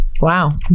Wow